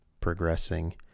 progressing